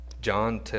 John